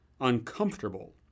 uncomfortable